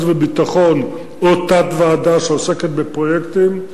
והביטחון או תת-ועדה שעוסקת בפרויקטים,